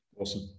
Awesome